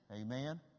amen